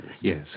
Yes